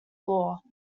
law